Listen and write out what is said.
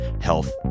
health